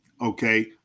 okay